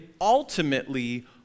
ultimately